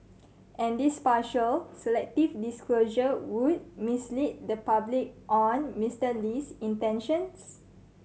and this partial selective disclosure would mislead the public on Mister Lee's intentions